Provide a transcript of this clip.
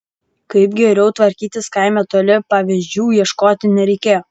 kaip geriau tvarkytis kaime toli pavyzdžių ieškoti nereikėjo